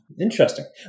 Interesting